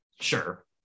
sure